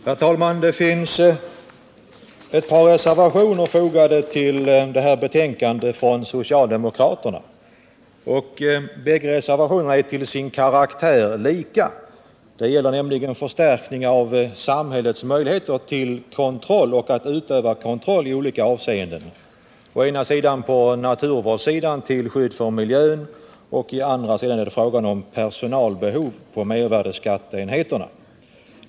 Herr talman! Ett par reservationer från socialdemokraterna finns fogade vid det här betänkandet. Bägge reservationerna gäller en förstärkning av samhällets möjligheter till kontroll och utövandet av denna kontroll i olika avseenden. Å ena sidan gäller det naturvårdsenheterna och miljöskyddet, å andra sidan gäller det personalbehovet vid mervärdeskatteenheterna.